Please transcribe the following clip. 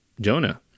Jonah